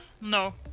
no